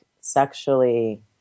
sexually